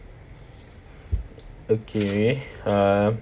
okay uh